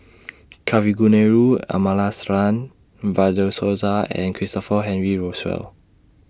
Kavignareru Amallathasan Fred De Souza and Christopher Henry Rothwell